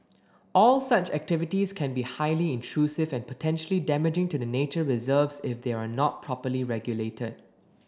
all such activities can be highly intrusive and potentially damaging to the nature reserves if they are not properly regulated